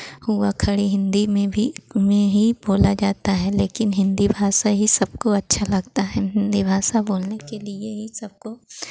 हुआ खड़ी हिन्दी में भी में ही बोला जाता है लेकिन हिन्दी भाषा ही सबको अच्छा लगता है हम हिन्दी भाषा बोलने के लिए ही सबको